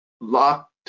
locked